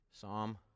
Psalm